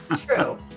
True